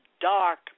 dark